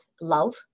love